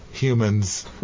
humans